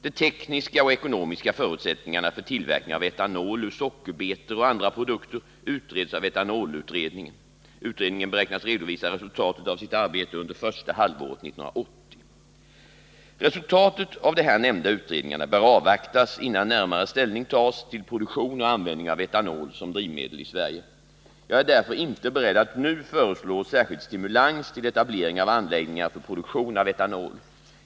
De tekniska och ekonomiska förutsättningarna för tillverkning av etanol ur sockerbetor och andra produkter utreds av etanolutredningen . Utredningen beräknas redovisa resultatet av sitt arbete under första halvåret 1980. Resultatet av de här nämnda utredningarna bör avvaktas innan närmare ställning tas till produktion och användning av etanol som drivmedel i Sverige. Jag är därför inte beredd att nu föreslå särskild stimulans till etablering av anläggningar för produktion av etanol.